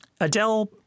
Adele